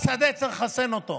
בשדה צריך לחסן אותו.